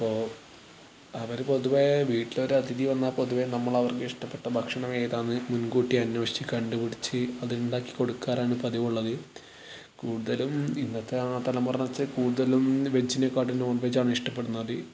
അപ്പോൾ അവര് പൊതുവേ വീട്ടിലൊരു അതിഥി വന്നാൽ പൊതുവേ നമ്മളവർക്ക് ഇഷ്ടപ്പെട്ട ഭക്ഷണം ഏതാണെന്ന് മുൻകൂട്ടി അന്വേഷിച്ച് കണ്ടുപിടിച്ച് അതുണ്ടാക്കി കൊടുക്കാറാണ് പതിവുള്ളത് കൂടുതലും ഇന്നത്തെ തലമുറ എന്ന് വെച്ചാൽ കൂടുതലും വെജിനെക്കാട്ടിലും നോൺ വെജ് ആണ് ഇഷ്ടപ്പെടുന്നത്